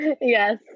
Yes